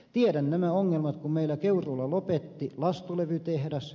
tiedän nämä ongelmat kun meillä keuruulla lopetti lastulevytehdas